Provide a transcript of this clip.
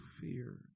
fear